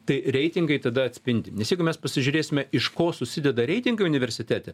tai reitingai tada atspindi nes jeigu mes pasižiūrėsime iš ko susideda reitingai universitete